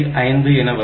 5 என வரும்